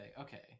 okay